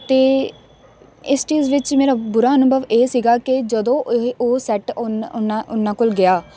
ਅਤੇ ਇਸ ਚੀਜ਼ ਵਿੱਚ ਮੇਰਾ ਬੁਰਾ ਅਨੁਭਵ ਇਹ ਸੀਗਾ ਕਿ ਜਦੋਂ ਇਹ ਉਹ ਸੈਟ ਉਹਨਾਂ ਕੋਲ ਗਿਆ